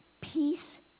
peace